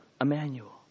Emmanuel